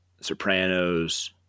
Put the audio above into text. Sopranos